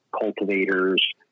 cultivators